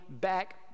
back